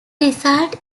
result